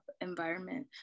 environment